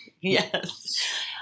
Yes